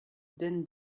din